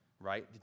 right